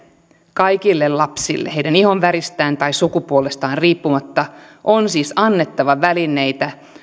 kaikille lapsille heidän ihonväristään tai sukupuolestaan riippumatta on siis annettava välineitä